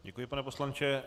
Děkuji, pane poslanče.